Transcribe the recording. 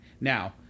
Now